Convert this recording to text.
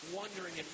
wondering